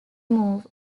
move